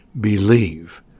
Believe